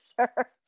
sure